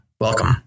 welcome